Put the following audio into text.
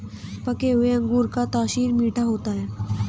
पके हुए अंगूर का तासीर मीठा होता है